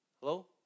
Hello